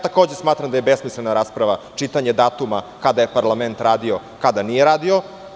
Takođe smatram da je besmislena rasprava, čitanje datuma kada je parlament radio, kada nije radio.